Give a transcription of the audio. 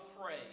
afraid